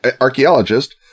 archaeologist